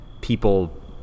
people